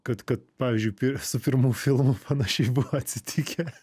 kad kad pavyzdžiui pir su pirmu filmu panašiai buvo atsitikę